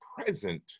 present